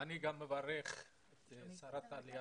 אני מברך את שרת העלייה